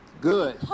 good